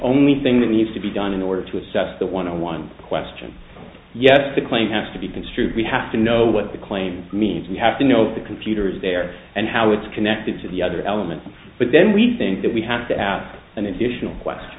only thing that needs to be done in order to assess the one on one question yes the claim has to be construed we have to know what the claim means we have to know the computers there and how it's connected to the other elements but then we think that we have to have an additional quest